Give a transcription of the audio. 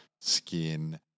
skin